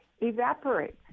evaporates